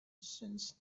sensed